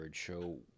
show